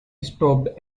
stopped